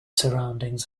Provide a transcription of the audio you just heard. surroundings